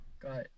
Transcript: got